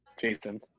Jason